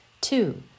Two